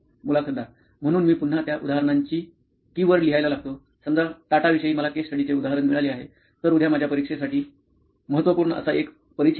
मुलाखतदार म्हणून मी पुन्हा त्या उदाहरणाची की वर्ड लिहायला लागतो समजा टाटा विषयी मला केस स्टडीचे उदाहरण मिळाले आहे तर उद्या माझ्या परीक्षेसाठी उद्या माझ्यासाठी महत्त्वपूर्ण असा एक परिच्छेद आहे